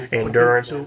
endurance